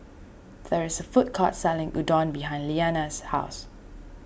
there is a food court selling Udon behind Lilyana's house